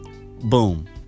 boom